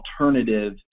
alternative